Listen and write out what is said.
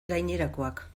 gainerakoak